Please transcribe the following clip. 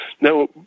Now